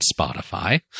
Spotify